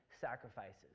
sacrifices